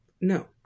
no